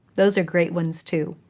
those are great ones too.